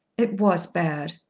it was bad.